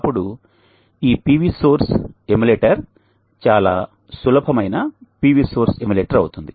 అప్పుడు ఈ PV source emulator చాలా సులభమైన PV సోర్స్ ఎమ్యులేటర్ అవుతుంది